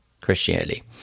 Christianity